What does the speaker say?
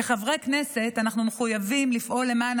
כחברי כנסת אנחנו מחויבים לפעול למען